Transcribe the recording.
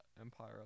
empire